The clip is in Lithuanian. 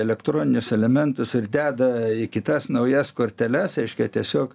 elektroninius elementus ir deda į kitas naujas korteles reiškia tiesiog